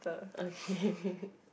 okay